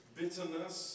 bitterness